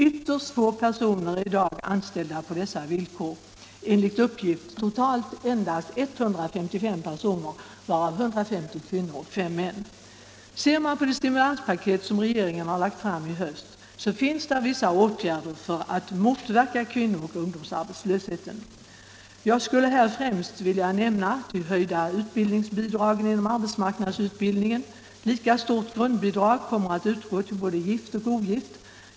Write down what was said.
Ytterst få personer är i dag anställda på dessa villkor, enligt uppgift totalt endast 155 personer, varav 150 kvinnor och fem män. Ser man på det stimulanspaket som regeringen lagt fram i höst finner man att där föreslås vissa åtgärder för att motverka kvinnooch ungdomsarbetslösheten. Jag skulle här främst vilja nämna de höjda utbildningsbidragen inom arbetsmarknadsutbildningen. Lika stort grundbidrag kommer att utgå till både gift och ogift.